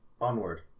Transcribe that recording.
Onward